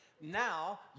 Now